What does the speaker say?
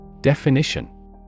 Definition